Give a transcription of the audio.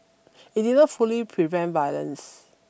it did not fully prevent violence